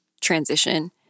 transition